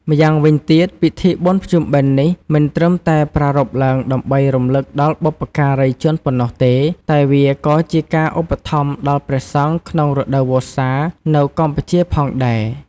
ម្យ៉ាងវិញទៀតពិធីបុណ្យភ្ជុំបិណ្ឌនេះមិនត្រឹមតែប្រារព្ធឡើងដើម្បីរំឮកដល់បុព្វការីជនប៉ុណ្ណោះទេ តែវាក៏ជាការឧបត្ថម្ភដល់ព្រះសង្ឃក្នុងរដូវវស្សានៅកម្ពុជាផងដែរ។